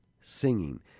singing